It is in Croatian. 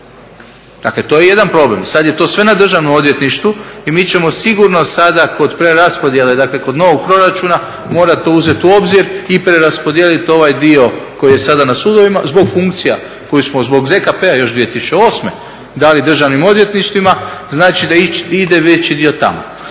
Dakle, to je jedan problem. Sad je to sve na Državnom odvjetništvu i mi ćemo sigurno sada kod preraspodijele dakle kod novog proračuna morati to uzeti u obzir i preraspodijeliti ovaj dio koji je sada na sudovima zbog funkcija koje smo zbog ZKP-a još 2008. dali državnim odvjetništvima. Znači, da ide veći dio tamo.